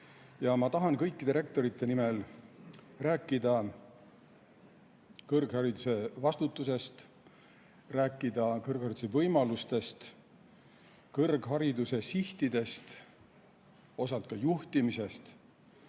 Ma tahan kõikide rektorite nimel rääkida kõrghariduse vastutusest, kõrghariduse võimalustest, kõrghariduse sihtidest, osalt ka juhtimisest.